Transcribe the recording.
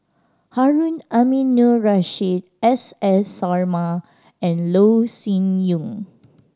Harun Aminurrashid S S Sarma and Loh Sin Yun